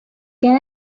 can